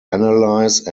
analyze